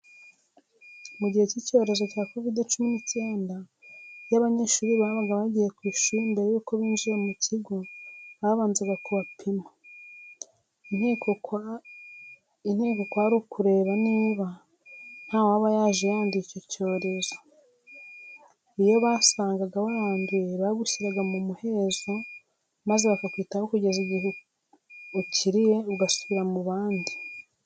Mu gihe cy'icyorezo cya Kovide cumi n'icyenda iyo abanyeshuri babaga bagiye ku ishuri mbere yuko binjira mu kigo babanzaga kubapima. Intego kwari ukureba niba ntawaba yaje yanduye icyi cyorezo. Iyo basangaga waranduye bagushyiraga mu muhezo maze bakakwitaho kugeza igihe ukiriye ugasubira mu bandi